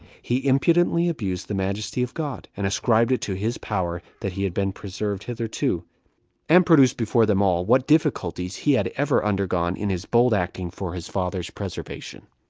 he impudently abused the majesty of god, and ascribed it to his power that he had been preserved hitherto and produced before them all what difficulties he had ever undergone in his bold acting for his father's preservation.